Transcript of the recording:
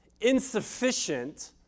insufficient